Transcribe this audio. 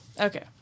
okay